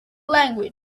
language